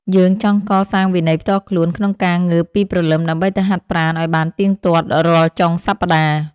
យើងចង់កសាងវិន័យផ្ទាល់ខ្លួនក្នុងការងើបពីព្រលឹម ដើម្បីទៅហាត់ប្រាណឱ្យបានទៀងទាត់រាល់ចុងសប្តាហ៍។